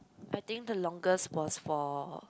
I think the longest was for